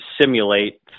simulate